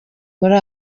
muri